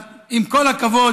אז עם כל הכבוד,